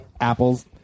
apples